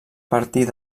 partir